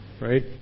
right